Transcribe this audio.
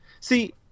See